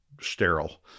sterile